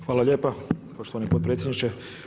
Hvala lijepa poštovani potpredsjedniče.